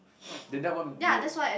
then that won't be a